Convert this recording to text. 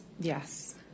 Yes